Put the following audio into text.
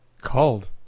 Called